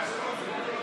הצעת החוק לא עברה.